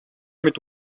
mit